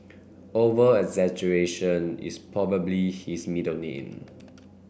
over exaggeration is probably his middle name